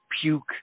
puke